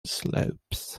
slopes